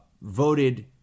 voted